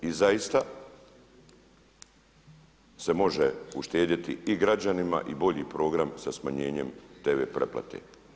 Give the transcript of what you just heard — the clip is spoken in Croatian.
I zaista se može uštedjeti i građanima i bolji program sa smanjenjem tv pretplate.